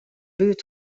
buert